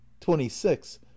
twenty-six